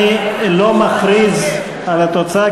אני לא מכריז על התוצאה,